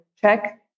check